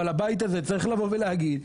אבל הבית הזה צריך לבוא ולהגיד,